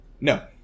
No